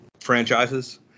franchises